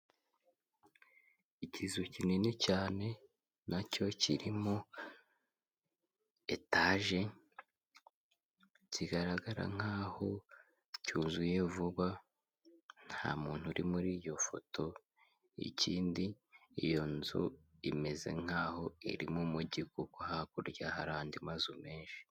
Ikizu kinini cyane na cyo kirimo etaje, kigaragara nkaho cyuzuye vuba, nta muntu uri muri iyo foto, ikindi iyo nzu imeze nkaho irimo umujyi kuko hakurya hari andi mazu menshi.